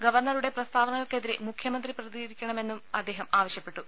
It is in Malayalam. ഗവർണറുടെ പ്രസ്താവനകൾക്കെതിരെ മുഖ്യമന്ത്രി പ്രതികരി ക്കണമെന്നും അദ്ദേഹം ആവശ്യ പ്പെട്ടു